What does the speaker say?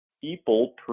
people